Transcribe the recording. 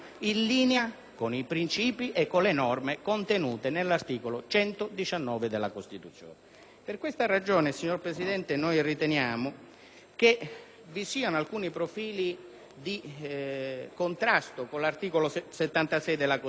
con i principi e con le norme contenute nell'articolo 119 della Costituzione. Per questa ragione, signor Presidente, riteniamo che vi siano alcuni profili di contrasto con l'articolo 76 della Costituzione.